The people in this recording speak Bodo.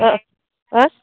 हो